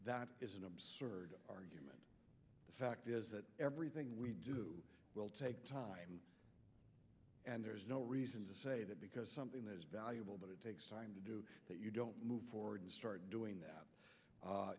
that is an absurd argument the fact is that everything we do will take time and there is no reason to say that because something that is valuable but it takes time to do that you don't move forward and start doing that